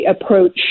approach